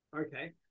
okay